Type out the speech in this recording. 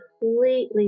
completely